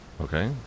Okay